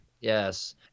Yes